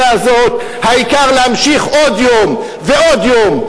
היום אפילו בירושלים,